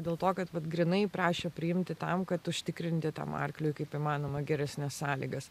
dėl to kad vat grynai prašė priimti tam kad užtikrinti tam arkliui kaip įmanoma geresnes sąlygas